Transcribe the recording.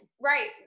right